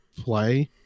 play